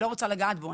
אני לא רוצה לגעת בו.